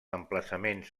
emplaçaments